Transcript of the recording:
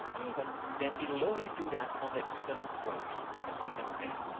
even, then it'll only do that on the even rows. you can see them there.